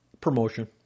Promotion